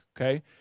okay